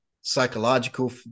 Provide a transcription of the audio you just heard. psychological